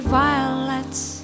violets